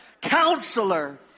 Counselor